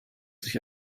sich